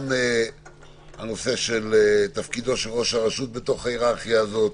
אחד מהם הוא הנושא של תפקידו של ראש הרשות בתוך ההיררכיה הזאת,